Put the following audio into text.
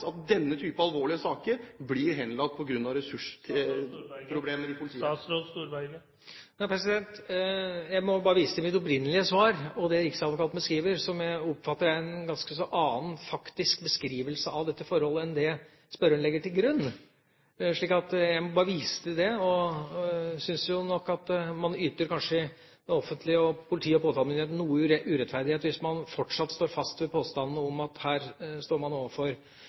at denne type alvorlige saker blir henlagt på grunn av ressursproblemer i politiet. Jeg må bare vise til mitt opprinnelige svar og det riksadvokaten skriver, som jeg oppfatter er en ganske annen faktisk beskrivelse av dette forholdet enn det spørreren legger til grunn. Jeg må bare vise til det, og jeg syns nok at man kanskje yter det offentlige, politiet og påtalemyndigheten noe urettferdighet hvis man fortsatt står fast ved påstandene om at man her står overfor en ressursmessig problemstilling. All den tid man